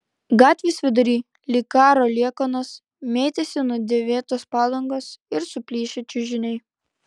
gatvės vidury lyg karo liekanos mėtėsi nudėvėtos padangos ir suplyšę čiužiniai